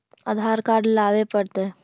आधार card लाबे पड़तै?